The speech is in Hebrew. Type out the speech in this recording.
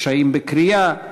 קשיים בקריאה,